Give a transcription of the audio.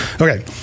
okay